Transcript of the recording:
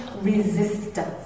resistance